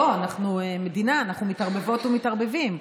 בוא, אנחנו מדינה, אנחנו מתערבבות ומתערבבים.